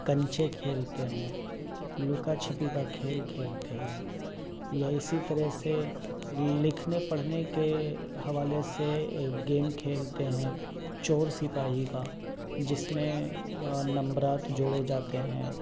کنچے کھیلتے ہیں لکا چھپی کا کھیل کھیلتے ہیں یا اسی طرح سے لکھنے پڑھنے کے حوالے سے ایک گیم کھیلتے ہیں چور سپاہی کا جس میں نمبرات جوڑے جاتے ہیں